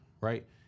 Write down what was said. right